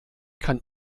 kann